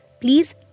please